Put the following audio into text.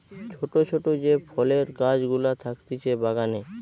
ছোট ছোট যে ফলের গাছ গুলা থাকতিছে বাগানে